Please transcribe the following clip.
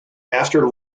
after